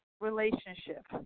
relationship